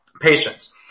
patients